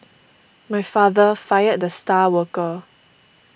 my father fired the star worker